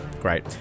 great